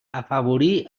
afavorí